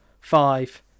five